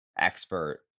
expert